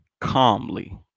calmly